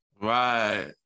Right